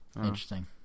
Interesting